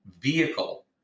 vehicle